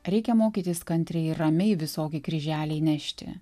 reikia mokytis kantriai ramiai visokį kryželiai nešti